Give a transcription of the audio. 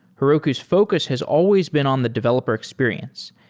heroku's focus has always been on the developer experience,